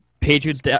Patriots